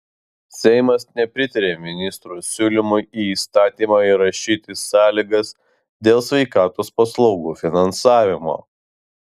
seimas nepritarė ministro siūlymui į įstatymą įrašyti sąlygas dėl sveikatos paslaugų finansavimo